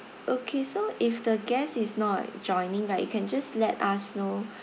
okay so if the guest is not joining right you can just let us know